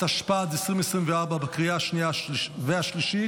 התשפ"ד 2024, התקבלה בקריאה השנייה והשלישית,